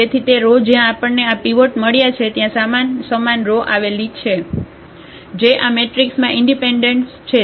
તેથી તે રો જ્યાં આપણને આ પીવોટ મળ્યાં છે ત્યાં સમાન રો આવેલી છે જે આ મેટ્રિક્સમાં ઇન્ડિપેન્ડન્ટ છે